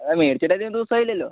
ആ മേടിച്ചിട്ട് അധികം ദിവസം ആയില്ലല്ലോ